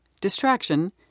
distraction